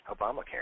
Obamacare